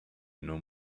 know